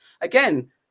Again